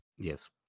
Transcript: Yes